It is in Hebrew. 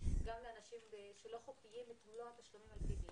גם לאנשים שלא חוקיים --- תשלומים על-פי דין.